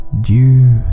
due